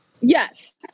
Yes